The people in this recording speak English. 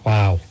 Wow